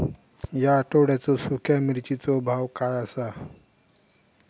या आठवड्याचो सुख्या मिर्चीचो भाव काय आसा?